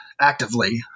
actively